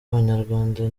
abanyarwanda